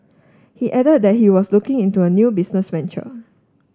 he added that he was looking into a new business venture